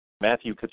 Matthew